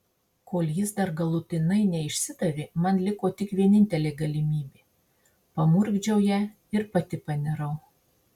kol jis dar galutinai neišsidavė man liko tik vienintelė galimybė pamurkdžiau ją ir pati panirau